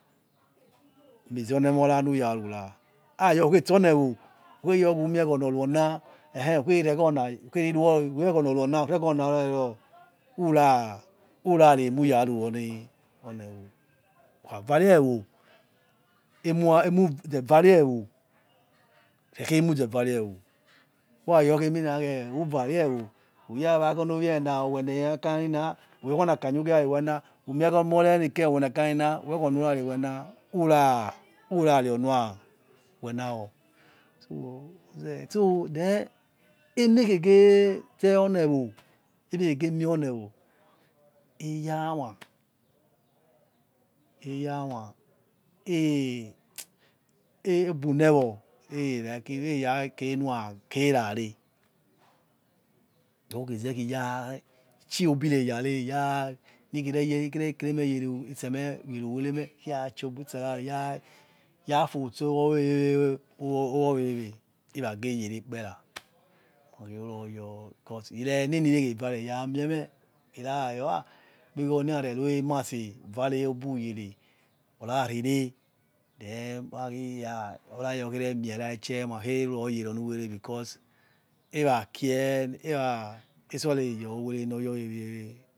muza oniemo nuranura khayo kukhesor newo who khewo khumie khi ona oruona ona oru ona ura ura remuraru we oniewo whokhavare ewo emu ranu emizevare ewo rekha emuzevare ewo who rayor whovare ewo urawa oni owina owna akanyanina ukunakanya who laakwena who mie omorenike owena akanya wokhona rurawena whora reo nurawena wo so ro ze so then emekhegezoni ewo eyama eyana ebonewo elike nurakererare rogeze iyachie bireyane iya ikhere kereme yerawereme iyafotsa wewe owawewe irageyerelap era eruroyor irenenera icheyor ikpeghoro ni narera emase vary itse then orariyor khere mie rachi because eracave etsora oyorwe uwere noryawe we oyere